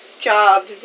jobs